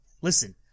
listen